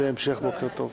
שיהיה המשך בוקר טוב.